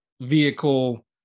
vehicle